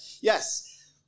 Yes